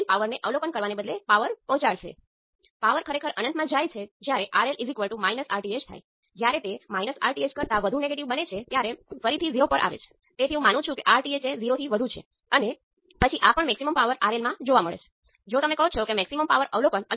સામાન્ય સિદ્ધાંત હંમેશા સમાન હોય છે તમે ઇન્ડિપેન્ડન્ટ વેરિયેબલ માંથી એકને 0 પર સેટ કરો અને બીજી બાજુ ઉત્તેજના લાગુ કરો અને બે પેરામિટર નું મૂલ્યાંકન કરો